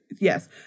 Yes